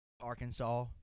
Arkansas